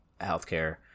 healthcare